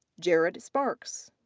jared sparks.